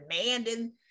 demanding